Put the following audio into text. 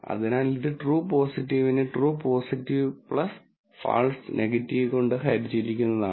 അതിനാൽ ഇത് ട്രൂ പോസിറ്റീവിനെ ട്രൂ പോസിറ്റീവ് ഫാൾസ് പോസിറ്റീവ് കൊണ്ട് ഹരിച്ചിരിക്കുന്നതാണ്